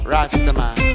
Rastaman